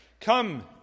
come